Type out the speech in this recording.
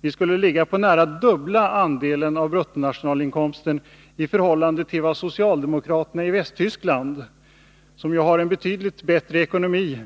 Vi skulle ligga på nära dubbla andelen av BNI i förhållande till vad socialdemokraterna i Västtyskland, vilket land ju har en betydligt bättre ekonomi